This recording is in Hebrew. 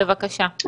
בבקשה.